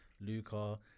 Luca